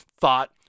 thought